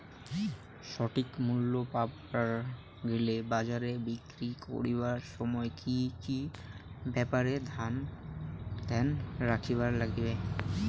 সঠিক মূল্য পাবার গেলে বাজারে বিক্রি করিবার সময় কি কি ব্যাপার এ ধ্যান রাখিবার লাগবে?